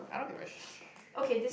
I don't give a sh~